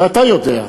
ואתה יודע,